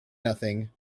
nothing